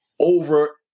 over